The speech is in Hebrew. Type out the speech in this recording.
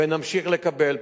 ונמשיך לקבל.